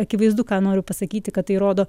akivaizdu ką noriu pasakyti kad tai rodo